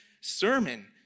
sermon